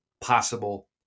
possible